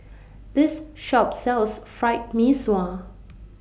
This Shop sells Fried Mee Sua